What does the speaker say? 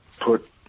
put